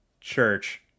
Church